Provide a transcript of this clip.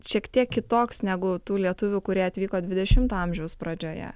šiek tiek kitoks negu tų lietuvių kurie atvyko dvidešimto amžiaus pradžioje